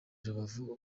rubavu